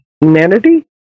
humanity